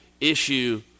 issue